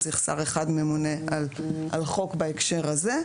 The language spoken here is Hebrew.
צריך שר אחד ממונה על חוק בהקשר הזה,